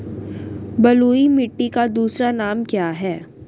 बलुई मिट्टी का दूसरा नाम क्या है?